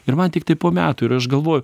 ir man tiktai po metų ir aš galvoju